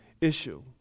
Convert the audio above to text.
issue